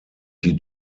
die